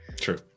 true